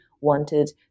wanted